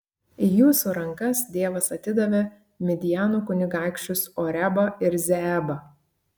į jūsų rankas dievas atidavė midjano kunigaikščius orebą ir zeebą